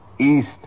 east